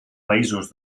països